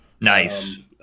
Nice